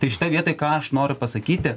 tai šitoj vietoj ką aš noriu pasakyti